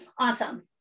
Awesome